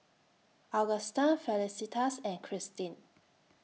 Augusta Felicitas and Christine